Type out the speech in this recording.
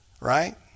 right